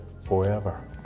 forever